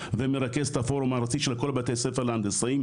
ומרכז את הפורום הארצי של כל בתי הספר להנדסאים,